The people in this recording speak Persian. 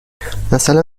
مثلا